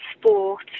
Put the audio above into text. sport